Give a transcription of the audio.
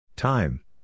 Time